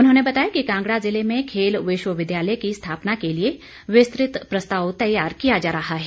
उन्होंने बताया कि कांगड़ा ज़िले में खेल विश्वविद्यालय की स्थापना के लिए विस्तृत प्रस्ताव तैयार किया जा रहा है